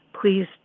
please